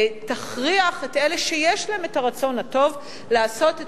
תכריח את אלה שיש להם את הרצון הטוב לעשות את